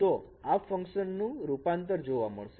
તો આ ફંકશન નું રૂપાંતર જોવા મળશે